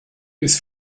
ist